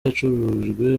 yacurujwe